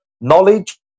knowledge